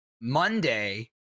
Monday